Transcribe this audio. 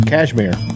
Cashmere